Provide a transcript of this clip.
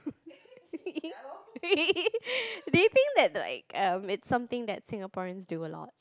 they feel that like um it's something that Singaporeans do a lot